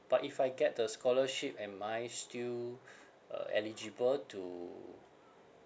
but if I get the scholarship am I still uh eligible to